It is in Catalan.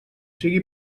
siga